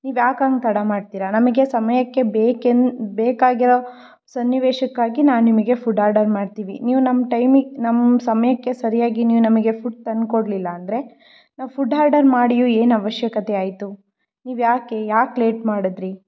ನೀವು ಯಾಕೆ ಹಂಗ್ ತಡ ಮಾಡ್ತೀರ ನಮಗೆ ಸಮಯಕ್ಕೆ ಬೇಕೆನ್ನೋ ಬೇಕಾಗಿರೋ ಸನ್ನಿವೇಶಕ್ಕಾಗಿ ನಾವು ನಿಮಗೆ ಫುಡ್ ಆರ್ಡರ್ ಮಾಡ್ತೀವಿ ನೀವು ನಮ್ಮ ಟೈಮಿಗೆ ನಮ್ಮ ಸಮಯಕ್ಕೆ ಸರಿಯಾಗಿ ನೀವು ನಮಗೆ ಫುಡ್ ತಂದು ಕೊಡಲಿಲ್ಲ ಅಂದರೆ ನಾವು ಫುಡ್ ಹಾರ್ಡರ್ ಮಾಡಿಯೂ ಏನು ಅವಶ್ಯಕತೆ ಆಯಿತು ನೀವು ಯಾಕೆ ಯಾಕೆ ಲೇಟ್ ಮಾಡಿದ್ರಿ